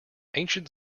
ancient